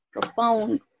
profound